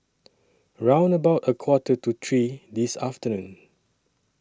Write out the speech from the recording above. round about A Quarter to three This afternoon